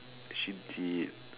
should be